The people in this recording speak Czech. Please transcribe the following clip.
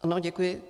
Ano, děkuji.